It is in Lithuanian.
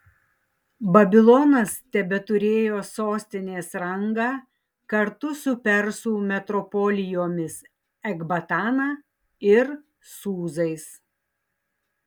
babilonas tebeturėjo sostinės rangą kartu su persų metropolijomis ekbatana ir sūzais